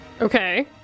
Okay